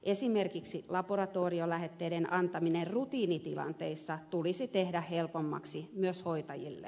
esimerkiksi laboratoriolähetteiden antaminen rutiinitilanteissa tulisi tehdä helpommaksi myös hoitajille